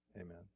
Amen